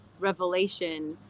revelation